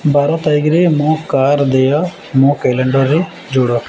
ବାର ତାରିଖରେ ମୋ କାର୍ ଦେୟ ମୋ କ୍ୟାଲେଣ୍ଡର୍ରେ ଯୋଡ଼